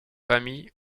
famille